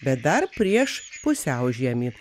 bet dar prieš pusiaužiemį